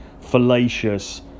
fallacious